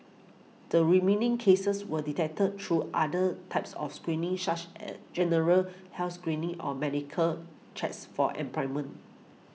the remaining cases were detected through other types of screening such as general health screening or medical cheers for employment